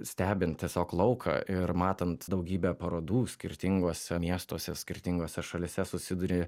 stebint tiesiog lauką ir matant daugybę parodų skirtinguose miestuose skirtingose šalyse susiduri